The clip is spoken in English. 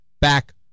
back